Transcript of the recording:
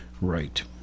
Right